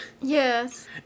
Yes